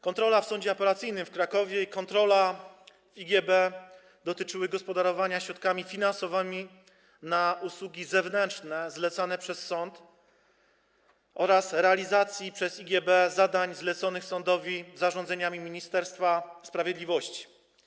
Kontrole w Sądzie Apelacyjnym w Krakowie i w IGB dotyczyły gospodarowania środkami finansowymi na usługi zewnętrzne zlecane przez sąd oraz realizacji przez IGB zadań zleconych sądowi zarządzeniami Ministerstwa Sprawiedliwości.